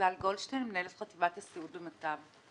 מזל גולדשטיין, מנהלת חטיבת הסיעוד במט"ב.